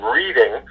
reading